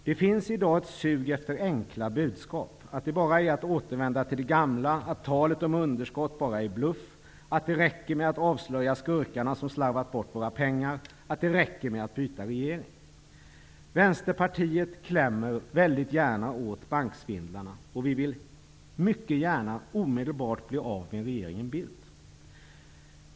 Det finns i dag ett sug efter enkla budskap, att det bara är att återvända till det gamla, att talet om underskott bara är bluff, att det räcker med att avslöja skurkarna som slarvat bort våra pengar och att det räcker att byta regering. Vänsterpartiet klämmer mycket gärna åt banksvindlarna, och vi vill mycket gärna bli av med regeringen Bildt omedelbart.